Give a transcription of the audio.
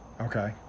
Okay